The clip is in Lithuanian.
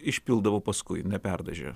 išpildavo paskui neperdažė